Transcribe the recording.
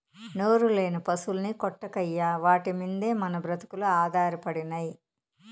నోరులేని పశుల్ని కొట్టకయ్యా వాటి మిందే మన బ్రతుకులు ఆధారపడినై